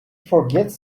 forgets